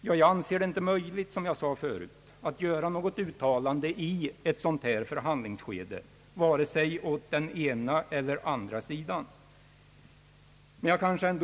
Som jag sade förut anser jag det inte möjligt att göra något uttalande i ett sådant förhandlingsskede som det nuvarande, vare sig i den ena eller den andra riktningen.